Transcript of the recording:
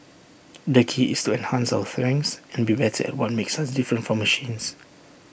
the key is to enhance our strengths and be better at what makes us different from machines